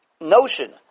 notion